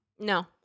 No